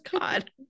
god